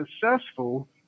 successful